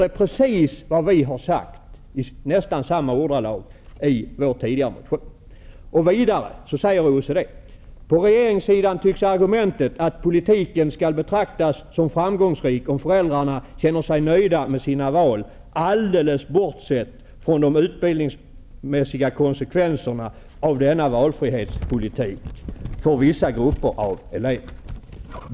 Det är precis vad vi i nästan samma ordalag har sagt i vår tidigare motion. Vidare säger OECD: ''På regeringssidan tycks argumentet vara att politiken skall betraktas som framgångsrik om föräldrarna känner sig nöjda med sina val, alldeles bortsett från de utbildningsmässiga konsekvenserna av denna valfrihetspolitik för vissa grupper av elever.